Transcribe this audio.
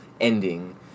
ending